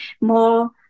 more